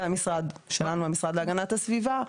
המשרד שלנו להגנת הסביבה,